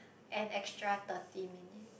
an extra thirty minute